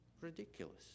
Ridiculous